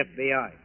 FBI